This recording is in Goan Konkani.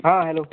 आ हॅलो